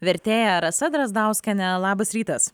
vertėja rasa drazdauskienė labas rytas